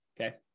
Okay